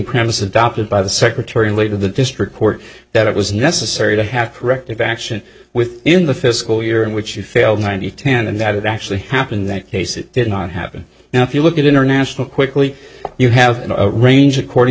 premise adopted by the secretary lead of the district court that it was necessary to have corrective action within the fiscal year in which you failed nine to ten and that it actually happened in that case it did not happen now if you look at international quickly you have a range according